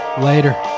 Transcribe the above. Later